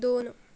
दोन